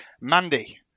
Mandy